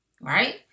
Right